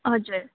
हजुर